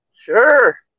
Sure